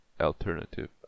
alternative